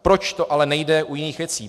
Proč to ale nejde u jiných věcí?